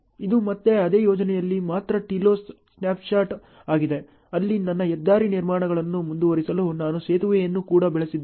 ಇದು ಮತ್ತೆ ಅದೇ ಯೋಜನೆಯಲ್ಲಿ ಮಾತ್ರ ಟಿಲೋಸ್ ಸ್ನ್ಯಾಪ್ಶಾಟ್ ಆಗಿದೆ ಅಲ್ಲಿ ನನ್ನ ಹೆದ್ದಾರಿ ನಿರ್ಮಾಣವನ್ನು ಮುಂದುವರಿಸಲು ನಾನು ಸೇತುವೆಯನ್ನು ಕೂಡ ಬೆಳೆಸಿದ್ದೇನೆ